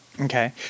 Okay